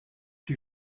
die